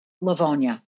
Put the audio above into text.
Livonia